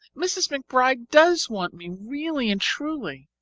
mrs. mcbride does want me, really and truly.